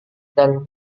dan